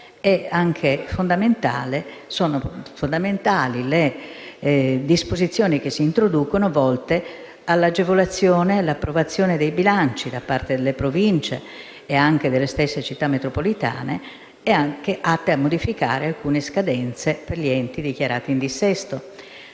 Tra l'altro, sono fondamentali anche le disposizioni che si introducono volte all'agevolazione dell'approvazione dei bilanci da parte di Province e delle stesse Città metropolitane e atte a modificare alcune scadenze per gli enti dichiarati in dissesto.